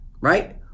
Right